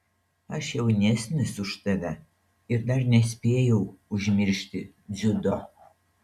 aš jaunesnis už tave ir dar nespėjau užmiršti dziudo